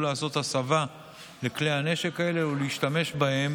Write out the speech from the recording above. לעשות הסבה של כלי הנשק האלה ולהשתמש בהם